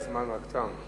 זמנך תם.